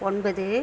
ஒன்பது